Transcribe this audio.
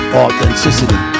authenticity